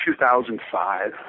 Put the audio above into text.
2005